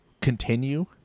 continue